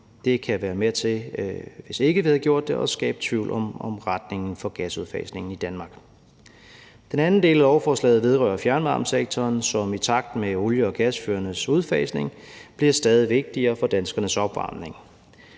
det kunne være med til at skabe tvivl om retningen for gasudfasningen i Danmark. Den anden del af lovforslaget vedrører fjernvarmesektoren, som i takt med olie- og gasfyrenes udfasning bliver stadig vigtigere for danskernes opvarmning.